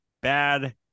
bad